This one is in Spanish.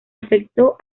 afectó